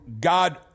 God